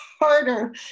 harder